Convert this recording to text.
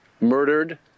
murdered